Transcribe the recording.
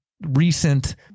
recent